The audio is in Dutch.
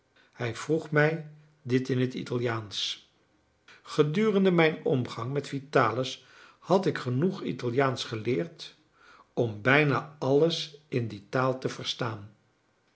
hij vroeg mij dit in het italiaansch gedurende mijn omgang met vitalis had ik genoeg italiaansch geleerd om bijna alles in die taal te verstaan